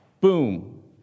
boom